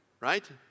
right